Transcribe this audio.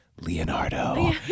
leonardo